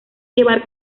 llevar